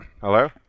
Hello